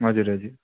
हजुर हजुर